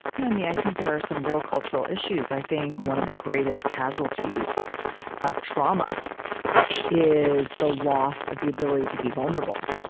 yeah, i think there are some real cultural issues. i think one of the greatest casualties of trauma is the loss of the ability to be vulnerable.